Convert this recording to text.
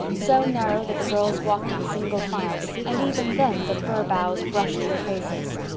so narrow that the girls walked in single file and even then the fir boughs brushed their faces.